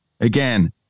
Again